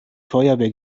feuerwehr